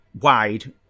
wide